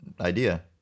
idea